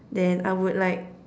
then I would like